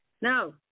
No